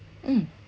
mm